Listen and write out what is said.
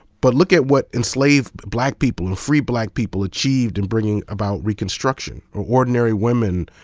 but look at what enslaved black people, and free black people, achieved in bringing about reconstruction. or ordinary women,